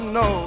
no